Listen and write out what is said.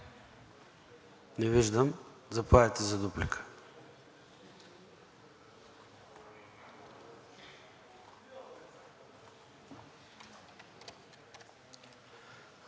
Не виждам. Заповядайте, за дуплика.